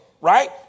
right